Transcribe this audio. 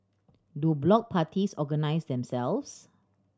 do block parties organise themselves